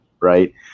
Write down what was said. right